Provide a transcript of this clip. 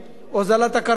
הוזלת הקרקעות,